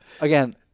Again